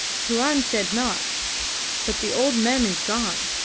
tuan said not but the old mem is gone.